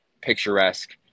picturesque